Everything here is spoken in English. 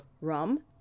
rum